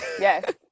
Yes